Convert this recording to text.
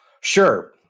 Sure